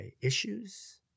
issues